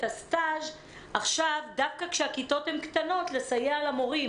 הסטאז' עכשיו דווקא כשהכיתות קטנות לסייע למורים.